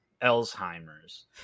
Alzheimer's